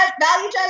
value